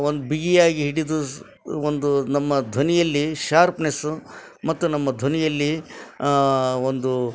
ಒಂದು ಬಿಗಿಯಾಗಿ ಹಿಡಿದು ಸ್ ಒಂದು ನಮ್ಮ ಧ್ವನಿಯಲ್ಲಿ ಶಾರ್ಪ್ನೆಸ್ಸು ಮತ್ತು ನಮ್ಮ ಧ್ವನಿಯಲ್ಲಿ ಒಂದು